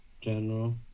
general